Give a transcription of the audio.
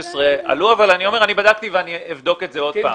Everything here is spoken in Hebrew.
ב-2016 עלו אבל אני אומר שאני בדקתי ואני אבדוק את זה עוד פעם.